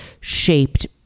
shaped